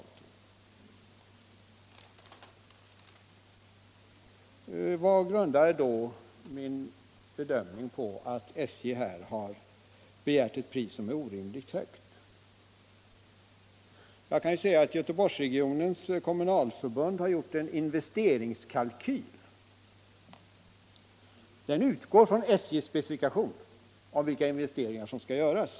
På vad grundar jag min bedömning att SJ här har begärt ett pris som är orimligt högt? Jag kan i det sammanhanget nämna att Göteborgsregionens kommunalförbund har gjort en investeringskalkyl som utgår från SJ:s specifikation över de investeringar som skall göras.